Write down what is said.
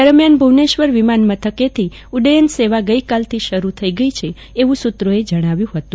દરમિયાન ભુવનેશ્વર વિમાન મથકેથી ઉડ્ડયન સેવા ગઇકાલથી ફરી શરૂ થઇ છે એવુ સુત્રોએ જણાવ્યુ હતું